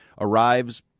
arrives